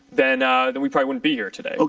than than we probably wouldn't be here today.